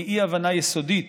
מאי-הבנה יסודית